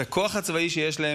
את הכוח הצבאי שיש להם,